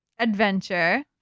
Adventure